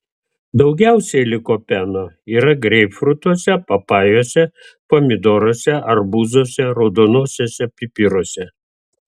daugiausiai likopeno yra greipfrutuose papajose pomidoruose arbūzuose raudonuosiuose pipiruose